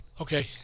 Okay